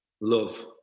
love